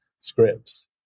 scripts